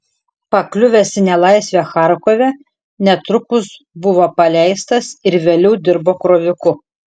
pakliuvęs į nelaisvę charkove netrukus buvo paleistas ir vėliau dirbo kroviku